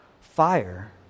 Fire